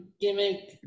gimmick